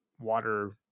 water